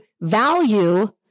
value